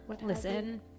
Listen